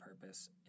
purpose